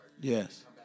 Yes